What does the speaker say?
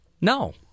No